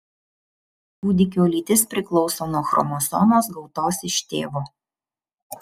kūdikio lytis priklauso nuo chromosomos gautos iš tėvo